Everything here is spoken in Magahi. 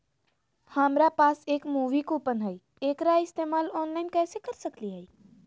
हमरा पास एक मूवी कूपन हई, एकरा इस्तेमाल ऑनलाइन कैसे कर सकली हई?